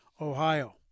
Ohio